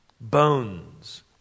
Bones